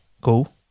cool